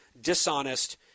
dishonest